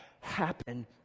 happen